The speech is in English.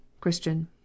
Christian